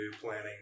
planning